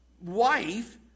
wife